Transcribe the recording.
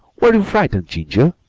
were you frightened, ginger?